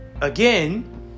again